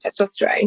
testosterone